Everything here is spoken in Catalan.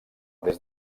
des